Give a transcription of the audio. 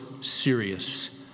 serious